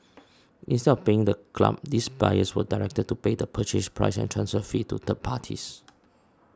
instead of paying the club these buyers were directed to pay the Purchase Price and transfer fee to third parties